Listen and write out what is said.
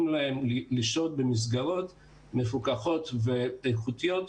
להם לשהות במסגרות מפוקחות ואיכותיות,